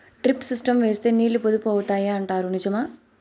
Drip system వేస్తే నీళ్లు పొదుపు అవుతాయి అంటారు నిజమా?